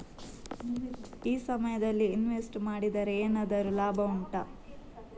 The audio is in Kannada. ಈ ಸಮಯದಲ್ಲಿ ಇನ್ವೆಸ್ಟ್ ಮಾಡಿದರೆ ಏನಾದರೂ ಲಾಭ ಉಂಟಾ